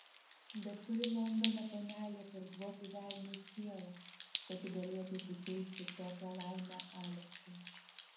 bet kuri londono panelė parduotų velniui sielą kad tik galėtų suteikti tokią laimę aleksui